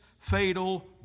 fatal